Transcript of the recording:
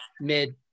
mid